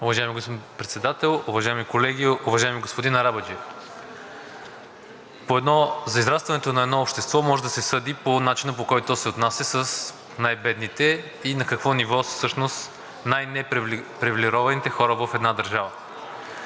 Уважаеми господин Председател, уважаеми колеги! Уважаеми господин Арабаджиев, за израстването на едно общество може да се съди по начина, по който то се отнася с най-бедните, и на какво ниво са най-непривилегированите хора в една държава.